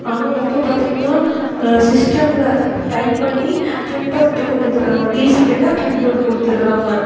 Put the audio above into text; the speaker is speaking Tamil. ஆனால் இப்போ பார்த்திங்கன்னா சிஸ்டமில் டைப் பண்ணி ப்ரிண்டவுட் போட்டு கொடுத்துர்றாங்க டீசி கேட்டால் ப்ரிண்டவுட் கொடுத்துர்றாங்க